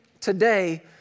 today